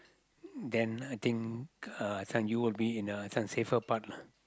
then I think uh son you would be in a safer part lah